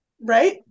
Right